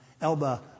Elba